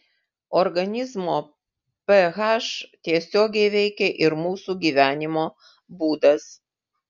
organizmo ph tiesiogiai veikia ir mūsų gyvenimo būdas